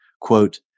quote